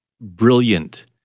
brilliant